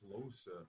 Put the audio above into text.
closer